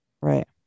Right